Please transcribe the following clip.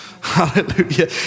Hallelujah